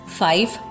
five